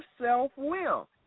self-will